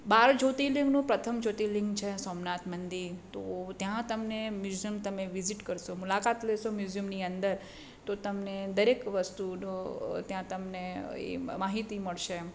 બાર જ્યોતિર્લિંગનું પ્રથમ જ્યોતિર્લિંગ છે સોમનાથ મંદિર તો ત્યાં તમને મ્યુઝિયમ તમે વિઝિટ કરશો મુલાકાત લેશો મ્યુઝિયમની અંદર તો તમને દરેક વસ્તુ ત્યાં તમને એ માહિતી મળશે એમ